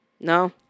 No